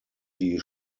die